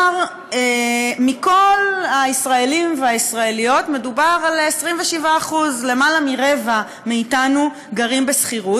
מכל הישראלים והישראליות מדובר על 27% יותר מרבע מאתנו גרים בשכירות,